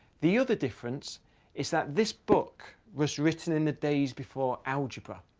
the other difference is that this book was written in the days before algebra.